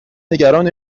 نگران